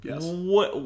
Yes